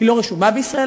היא לא רשומה בישראל,